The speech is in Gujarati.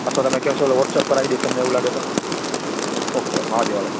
અથવા તમે કેસો એટલે વૉટ્સઅપ કરાઇ દઇશ તમને એવું લાગે તો ઓકે મહાદેવ હાલો